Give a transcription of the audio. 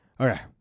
okay